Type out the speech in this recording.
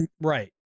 Right